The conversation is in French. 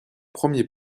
premier